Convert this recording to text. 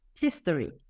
history